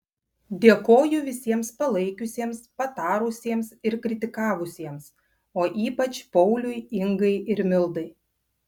dėkoju visiems palaikiusiems patarusiems ir kritikavusiems o ypač pauliui ingai ir mildai